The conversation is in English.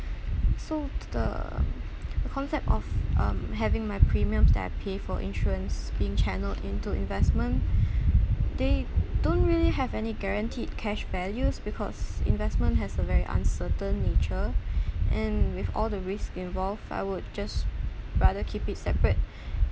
so the the concept of um having my premiums that I pay for insurance being channelled into investment they don't really have any guaranteed cash values because investment has a very uncertain nature and with all the risks involved I would just rather keep it separate